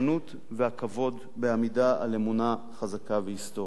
והכבוד בעמידה על אמונה חזקה והיסטורית.